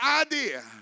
idea